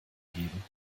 geben